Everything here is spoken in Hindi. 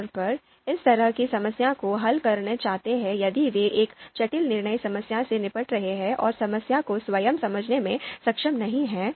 आमतौर पर इस तरह की समस्या को हल करना चाहते हैं यदि वे एक जटिल निर्णय समस्या से निपट रहे हैं और समस्या को स्वयं समझने में सक्षम नहीं हैं